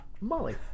Molly